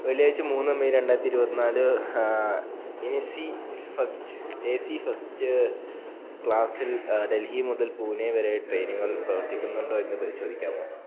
വെള്ളിയാഴ്ച മൂന്ന് മെയ് രണ്ടായിരത്തി ഇരുപത്തിനാല് N C first A C first ക്ലാസിൽ ഡൽഹി മുതൽ പൂനെ വരെ ട്രെയിനുകൾ പ്രവർത്തിക്കുന്നുണ്ടോ എന്ന് പരിശോധിക്കാമോ